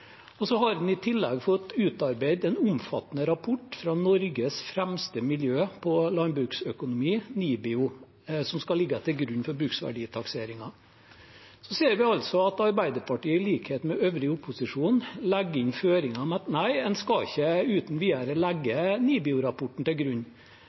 har en fått utarbeidet en omfattende rapport fra Norges fremste miljø innen landbruksøkonomi, NIBIO, som skal ligge til grunn for bruksverditakseringen. Så ser vi altså at Arbeiderpartiet, i likhet med den øvrige opposisjonen, legger inn føringer om at en ikke uten videre